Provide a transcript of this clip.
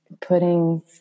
putting